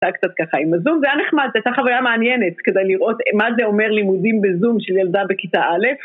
קצת ככה עם הזום, זה היה נחמד, זו הייתה חוויה מעניינת כדי לראות מה זה אומר לימודים בזום של ילדה בכיתה א',